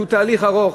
שהוא תהליך ארוך.